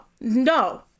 no